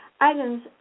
items